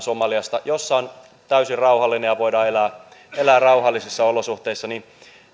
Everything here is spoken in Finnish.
somaliaan joka on täysin rauhallinen ja jossa voidaan elää elää rauhallisissa olosuhteissa